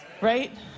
Right